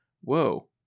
whoa